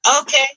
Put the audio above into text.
Okay